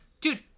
dude